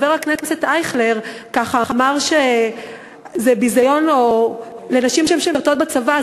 חבר הכנסת אייכלר אמר שזה ביזיון לנשים שמשרתות בצבא,